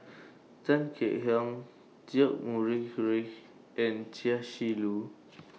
Tan Kek Hiang George Murray Reith and Chia Shi Lu